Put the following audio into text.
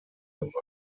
gemacht